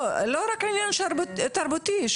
לא רק העניין התרבותי,